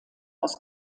aus